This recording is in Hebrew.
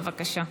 בבקשה.